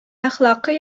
әхлакый